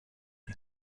این